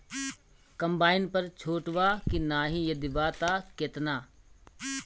Combine पर छूट बा की नाहीं यदि बा त केतना?